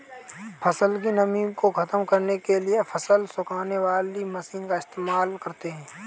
फसल की नमी को ख़त्म करने के लिए फसल सुखाने वाली मशीन का इस्तेमाल करते हैं